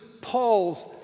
Paul's